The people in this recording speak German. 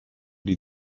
die